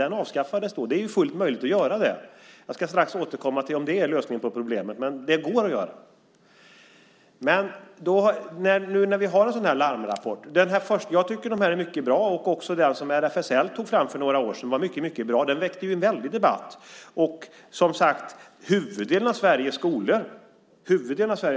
Den avskaffades då, men det är fullt möjligt att återinföra den. Jag ska strax återkomma till frågan om det är lösningen på problemet. Hur som helst går det att göra. Nu finns det en larmrapport. Jag tycker att den är bra, liksom den som RFSL tog fram för några år sedan. Den väckte en väldig debatt, och huvuddelen av Sveriges skolor bytte ut läroböckerna.